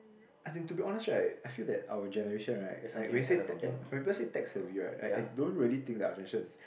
I think to be honest right I feel that our generation right like when you say when people say tech savvy right I I don't really think that our generation is